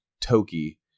Toki